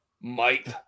Mike